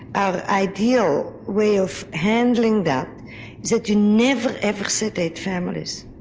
our ideal way of handling that is that you never, ever sedate families,